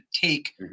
take